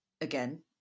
again